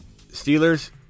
Steelers